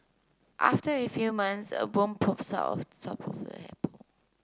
after a few months a worm pops out of the top of the apple